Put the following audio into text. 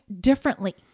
differently